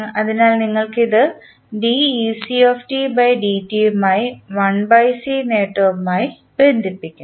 അതിനാൽ നിങ്ങൾ ഇത് യുമായി നേട്ടവുമായി ബന്ധിപ്പിക്കുന്നു